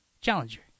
challenger